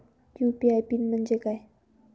UPI PIN म्हणजे काय?